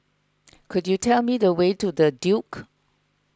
could you tell me the way to the Duke